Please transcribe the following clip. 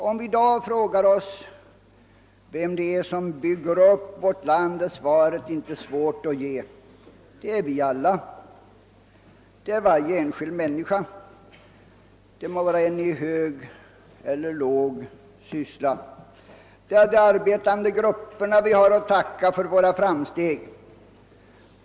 Det är inte svårt att besvara frågan vem som i dag bygger upp vårt samhälle: det är varje arbetande enskild människa, det må vara i hög eller låg ställning. Det är de arbetande grupperna vi har att tacka för våra framsteg.